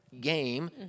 game